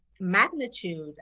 magnitude